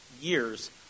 years